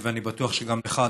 אני בטוח שגם לך,